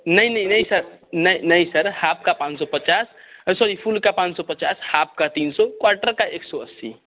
नहीं नहीं नहीं सर नहीं नहीं सर हाफ़ का पाँच सौ पचास ओह सॉरी फूल का पाँच सौ पचास हाफ़ का तीन सौ क्वार्टर का एक सौ अस्सी